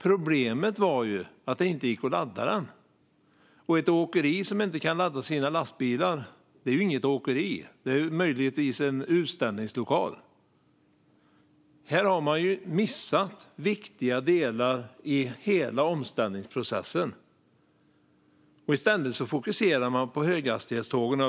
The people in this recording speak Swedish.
Problemet är att det inte går att ladda den. Ett åkeri som inte kan ladda sina lastbilar är ju inget åkeri. Möjligtvis är det en utställningslokal. Här har man missat viktiga delar i hela omställningsprocessen. I stället fokuserar man på höghastighetstågen.